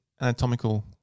anatomical